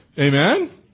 Amen